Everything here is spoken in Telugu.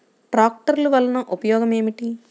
ట్రాక్టర్లు వల్లన ఉపయోగం ఏమిటీ?